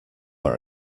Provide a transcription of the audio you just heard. are